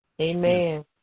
amen